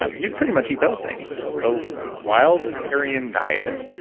ah you'd pretty much eat those things. so, wildatarian diet,